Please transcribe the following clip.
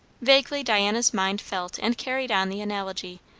vaguely diana's mind felt and carried on the analogy,